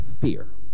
fear